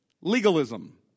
Legalism